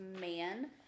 man